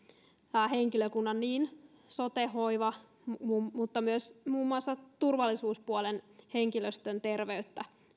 henkilökunnan niin sote hoiva kuin myös muun muassa turvallisuuspuolen henkilöstön terveyttä